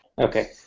Okay